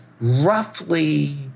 roughly